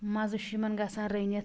مزٕ چھُ یِمن گژھان رنِتھ